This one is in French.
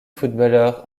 footballeur